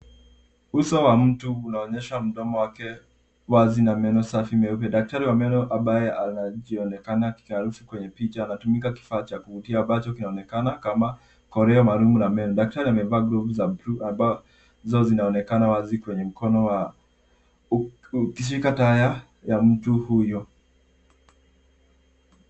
Uso wa mtu unaonyesha mdomo wake wazi na meno safi meupe. Daktari wa meno ambaye anaonekana kwenye picha anatumia kifaa cha kuvutia ambacho kinaonekana koleo ya meno. Daktari ana glavu za bluu ambazo zinaonekana wazi kwa mkono ukishika taya za mtu huyu.